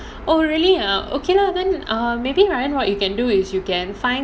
oh really ah okay lah then err maybe ryan what you can do is you can find